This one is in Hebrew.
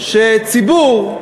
שציבור,